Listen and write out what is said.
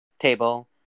table